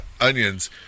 onions